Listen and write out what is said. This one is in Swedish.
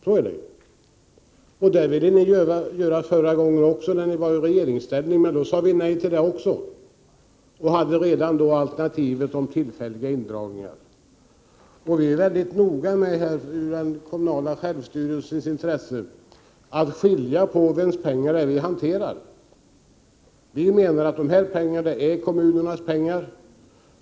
Så är det ju. Detta ville ni göra även förra gången när ni var i regeringsställning, men då sade vi också nej till det — och hade redan då alternativet tillfälliga indragningar. Vi är i den kommunala självstyrelsens intressen mycket noga med att hålla reda på vems pengar det är vi hanterar. Vi menar att detta är kommunernas pengar.